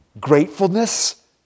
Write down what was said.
gratefulness